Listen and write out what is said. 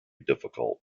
difficult